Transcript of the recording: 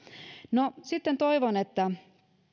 no sitten toivon